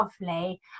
lovely